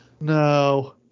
No